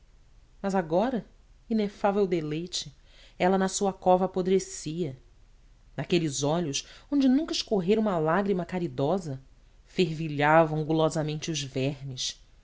mas agora inefável deleite ela na sua cova apodrecia naqueles olhos onde nunca escorrera uma lágrima caridosa fervilhavam gulosamente os vermes